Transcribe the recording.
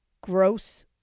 gross